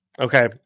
Okay